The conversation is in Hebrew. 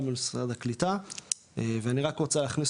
גם מול משרד הקליטה ואני רק רוצה להכניס